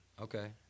Okay